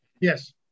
Yes